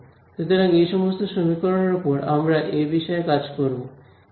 সুতরাং এই সমস্ত সমীকরণের ওপর আমরা এ বিষয়ে কাজ করব